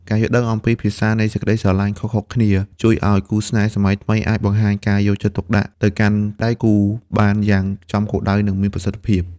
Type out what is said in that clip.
ការយល់ដឹងអំពី «ភាសានៃសេចក្ដីស្រឡាញ់» ខុសៗគ្នា ជួយឱ្យគូស្នេហ៍សម័យថ្មីអាចបង្ហាញការយកចិត្តទុកដាក់ទៅកាន់ដៃគូបានយ៉ាងចំគោលដៅ និងមានប្រសិទ្ធភាព។